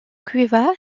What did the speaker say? cueva